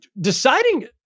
deciding